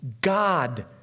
God